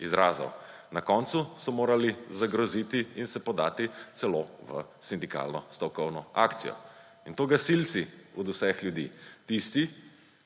izrazov. Na koncu so morali zagroziti in se podati celo v sindikalno stavkovno akcijo; in to gasilci od vseh ljudi; tisti,